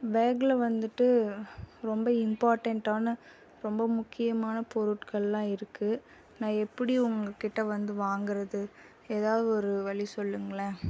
பேகில் வந்துட்டு ரொம்ப இம்பார்ட்டண்ட்டான ரொம்ப முக்கியமான பொருட்கள்லாம் இருக்குது நான் எப்படி உங்க கிட்ட வந்து வாங்குகிறது எதாவது ஒரு வழி சொல்லுங்களேன்